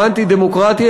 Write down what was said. האנטי-דמוקרטי.